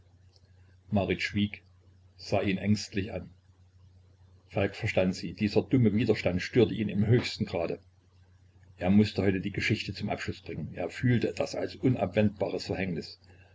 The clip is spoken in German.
marit schwieg sah ihn ängstlich an falk verstand sie dieser stumme widerstand störte ihn im höchsten grade er mußte heute die geschichte zum abschluß bringen er fühlte das als unabwendbares verhängnis